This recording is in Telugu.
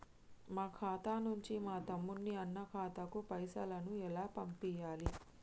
మా ఖాతా నుంచి మా తమ్ముని, అన్న ఖాతాకు పైసలను ఎలా పంపియ్యాలి?